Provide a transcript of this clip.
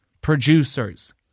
producers